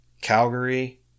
Calgary